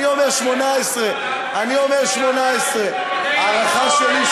אני אומר 18'. אני אומר 18'. הערכה שלי,